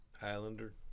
Highlander